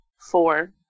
Four